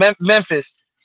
Memphis